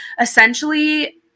essentially